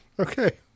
okay